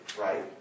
Right